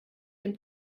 dem